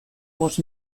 bost